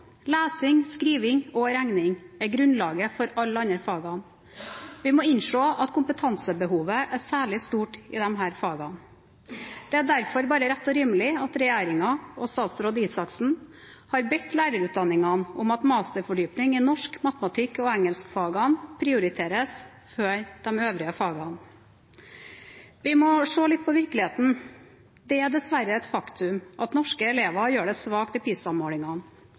Lesing, skriving og regning er grunnlaget for alle andre fag. Vi må innse at kompetansebehovet er særlig stort i disse fagene. Det er derfor bare rett og rimelig at regjeringen og statsråd Røe Isaksen har bedt lærerutdanningene om at masterfordypning i norsk, matematikk og engelsk prioriteres før de øvrige fagene. Vi må se litt på virkeligheten. Det er dessverre et faktum at norske elever gjør det svakt i